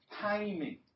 timing